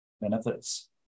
benefits